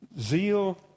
Zeal